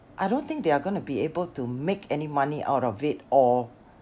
I don't think they are gonna be able to make any money out of it or